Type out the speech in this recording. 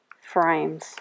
frames